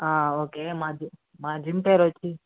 okay మా జి మా జిమ్ పేరు వచ్చి